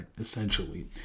essentially